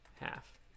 half